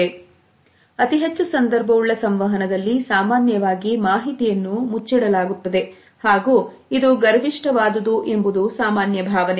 ಆದುದರಿಂದ ಅತಿ ಹೆಚ್ಚು ಸಂದರ್ಭವುಳ್ಳ ಸಂವಹನದಲ್ಲಿ ಸಾಮಾನ್ಯವಾಗಿ ಮಾಹಿತಿಯನ್ನು ಮುಚ್ಚಿಡಲಾಗುತ್ತದೆ ಹಾಗೂ ಇದು ಗರ್ವಿಷ್ಠವಾದುದು ಎಂಬುದು ಸಾಮಾನ್ಯ ಭಾವನೆ